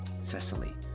Cecily